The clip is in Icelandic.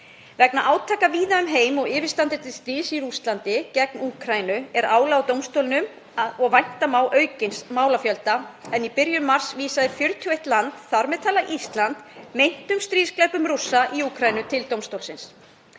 Vegna átaka víða um heim og yfirstandandi stríðs Rússlands gegn Úkraínu er álag á dómstólnum og vænta má aukins málafjölda en í byrjun mars vísaði 41 land, þar með talið Ísland, meintum stríðsglæpum Rússa í Úkraínu til dómstólsins.